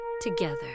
together